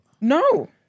No